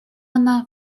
она